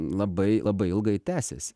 labai labai ilgai tęsiasi